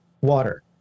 water